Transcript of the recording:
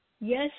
Yes